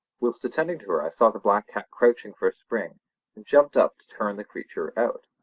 whilst attending to her i saw the black cat crouching for a spring, and jumped up to turn the creature out.